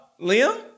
Liam